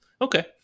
Okay